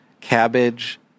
cabbage